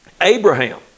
Abraham